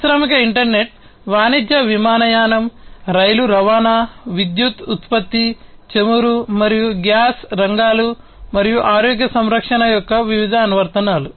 పారిశ్రామిక ఇంటర్నెట్ వాణిజ్య విమానయానం రైలు రవాణా విద్యుత్ ఉత్పత్తి చమురు మరియు గ్యాస్ రంగాలు మరియు ఆరోగ్య సంరక్షణ యొక్క వివిధ అనువర్తనాలు